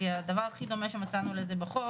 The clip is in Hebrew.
הדבר הכי דומה שמצאנו לזה בחוק